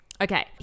Okay